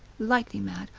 lightly mad,